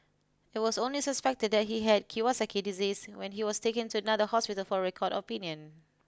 it was only suspected that he had Kawasaki disease when he was taken to another hospital for a second opinion